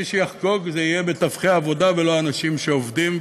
מי שיחגוג זה מתווכי עבודה ולא אנשים שעובדים.